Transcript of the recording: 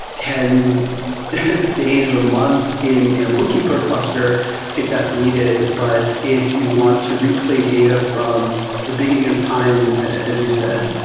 ten days, or months in in a bookkeeper cluster if that's needed. but if you want to replay data from the beginning of time as you said,